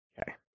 Okay